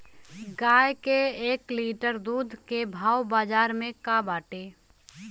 गाय के एक लीटर दूध के भाव बाजार में का बाटे?